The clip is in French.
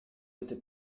n’était